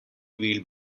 wheeled